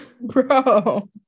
Bro